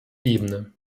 ebene